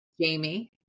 Jamie